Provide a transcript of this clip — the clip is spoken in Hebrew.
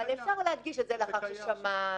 אבל אפשר להדגיש: לאחר ששמע.